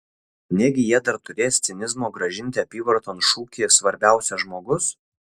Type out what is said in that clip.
negi jie dar turės cinizmo grąžinti apyvarton šūkį svarbiausia žmogus